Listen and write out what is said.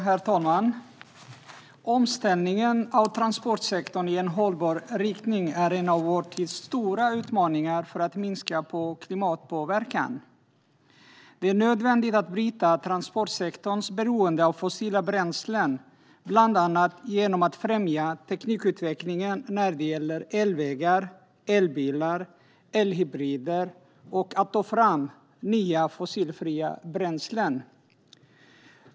Herr talman! Omställningen av transportsektorn i en hållbar riktning är en av vår tids stora utmaningar för att minska klimatpåverkan. Det är nödvändigt att bryta transportsektorns beroende av fossila bränslen, bland annat genom att främja teknikutvecklingen när det gäller elvägar, elbilar och elhybrider samt genom att ta fram nya fossilfria bränslen.